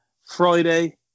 Friday